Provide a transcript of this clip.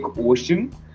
ocean